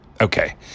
okay